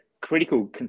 critical